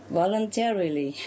voluntarily